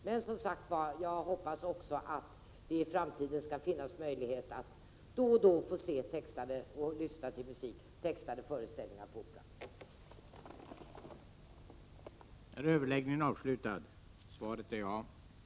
Men, som sagt, jag hoppas också att det i framtiden skall finnas möjlighet att då och då få lyssna till musiken och se textade föreställningar på Operan. Kammaren övergick därför till att debattera konstitutionsutskottets betänkande 11 om granskning av riksdagens förvaltningskontors verksamhet.